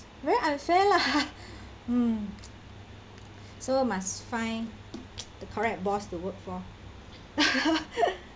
very unfair lah mm so must find the correct boss to work for